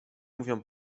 mówią